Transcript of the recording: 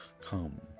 come